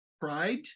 Pride